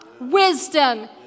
wisdom